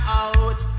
out